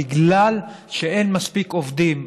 בגלל שאין מספיק עובדים,